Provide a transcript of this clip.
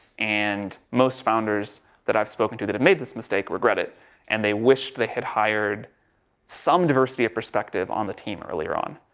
and most founders that i've spoken to that have made this mistake regret it and they wished they had hired some diversity of perspective on the team early on.